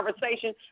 conversation